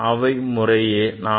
அவை முறையே 486